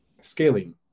scaling